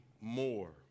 more